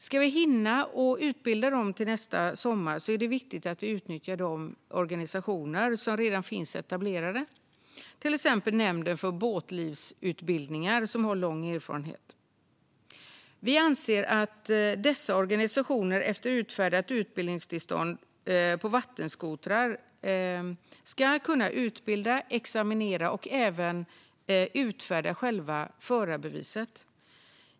Ska vi hinna utbilda dem till nästa sommar är det viktigt att vi utnyttjar de organisationer som redan finns etablerade, till exempel Nämnden för båtlivsutbildning, som har lång erfarenhet. Vi anser att dessa organisationer efter utfärdat utbildningstillstånd för vattenskoter ska kunna utbilda, examinera och även utfärda förarbevis.